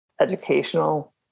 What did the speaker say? educational